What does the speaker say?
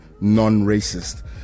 non-racist